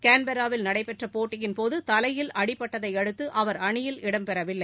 கான்பெர்ராவில் நடைபெற்றபோட்டியின் போதுதலையில் அடிபட்டதையடுத்துஅவர் அளியில் இடம் பெறவில்லை